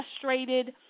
frustrated